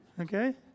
Okay